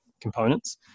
components